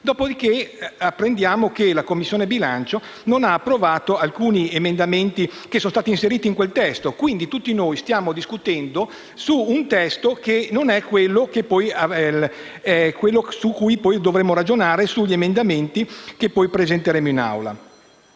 Dopodiché, apprendiamo che la Commissione bilancio non ha approvato alcuni emendamenti inseriti in quel testo. Quindi, tutti noi stiamo discutendo di un testo che non è quello su cui poi dovremo ragionare relativamente agli emendamenti che poi presenteremo in Aula.